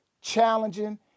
challenging